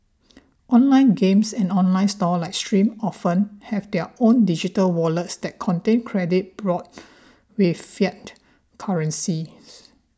online games and online stores like Steam often have their own digital wallets that contain credit bought with fiat currency